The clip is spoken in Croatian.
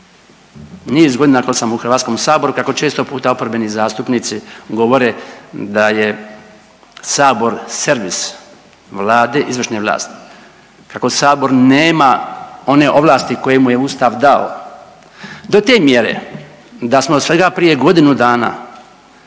niz godina koji sam u HS-u kako često puta oporbeni zastupnici govore da je Sabor servis Vladi i izvršnoj vlasti. Kako Sabor nema one ovlasti koje mu je Ustav dao. Do te mjere da smo svega prije godinu dana